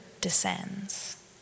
descends